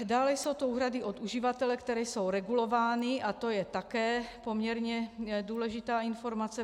Dále jsou to úhrady od uživatele, které jsou regulovány, a to je také poměrně důležitá informace.